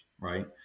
right